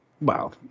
wow